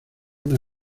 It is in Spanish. una